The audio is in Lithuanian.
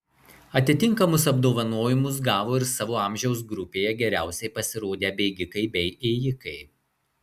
atitinkamus apdovanojimus gavo ir savo amžiaus grupėje geriausiai pasirodę bėgikai bei ėjikai